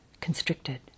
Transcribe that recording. constricted